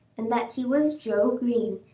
and that he was joe green,